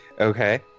Okay